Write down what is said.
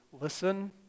listen